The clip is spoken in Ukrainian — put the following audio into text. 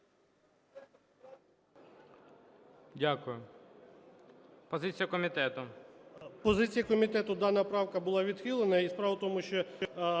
Дякую. Позиція комітету.